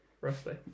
Roughly